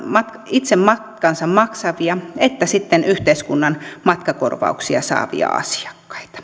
itse matkansa maksavia että sitten yhteiskunnan matkakorvauksia saavia asiakkaita